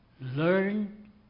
Learn